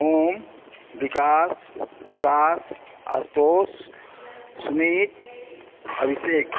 Om Vikas Prakash Ashutosh Sumit Abhishek